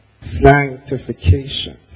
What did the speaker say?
Sanctification